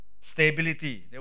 stability